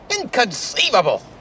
Inconceivable